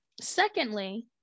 Secondly